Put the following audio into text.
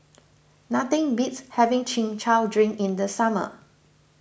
nothing beats having Chin Chow Drink in the summer